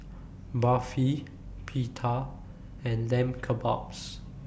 Barfi Pita and Lamb Kebabs